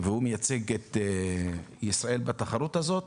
הוא מייצג את ישראל בתחרות הזאת.